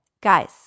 Guys